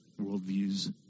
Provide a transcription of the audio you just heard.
worldviews